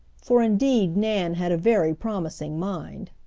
for indeed nan had a very promising mind.